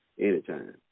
Anytime